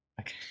Okay